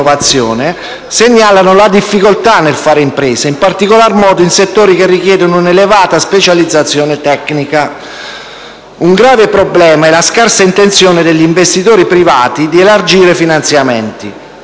segnalano la difficoltà nel fare impresa, in particolar modo in settori che richiedono un'elevata specializzazione tecnica. Un grave problema è la scarsa intenzione degli investitori privati di elargire finanziamenti,